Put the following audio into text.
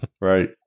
Right